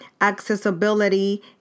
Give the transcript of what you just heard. accessibility